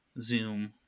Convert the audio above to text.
Zoom